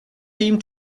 seem